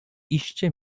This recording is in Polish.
iście